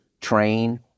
train